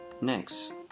next